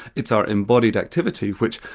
it's our embodied activity which,